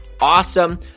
awesome